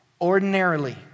Ordinarily